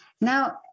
Now